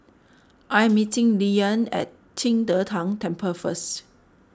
I'm meeting Lilyan at Qing De Tang Temple first